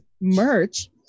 merch